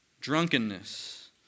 drunkenness